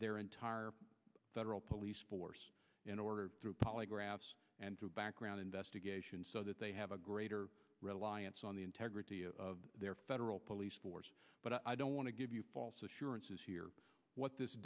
their entire federal police force in order through polygraphs and through background investigation so that they have a greater reliance on the integrity of their federal police force but i don't want to give you false assurances here what this